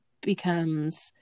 becomes